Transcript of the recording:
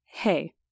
Hey